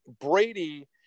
Brady